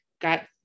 got